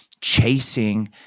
chasing